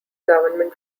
government